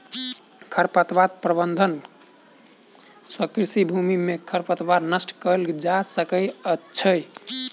खरपतवार प्रबंधन सँ कृषि भूमि में खरपतवार नष्ट कएल जा सकै छै